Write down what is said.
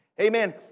Amen